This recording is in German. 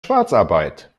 schwarzarbeit